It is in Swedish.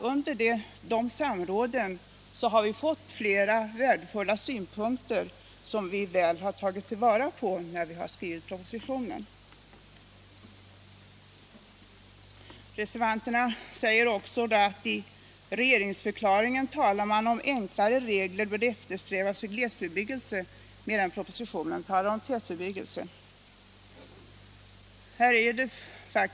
Under de samråden har flera värdefulla synpunkter förts fram som vi har tagit väl vara på när vi har skrivit propositionen. Reservanterna säger också att det i regeringsförklaringen talas om att ”enklare regler eftersträvas för glesbebyggelse”, medan propositionen talar om tätbebyggelse.